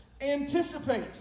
Anticipate